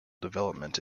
development